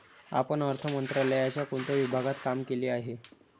आपण अर्थ मंत्रालयाच्या कोणत्या विभागात काम केले आहे?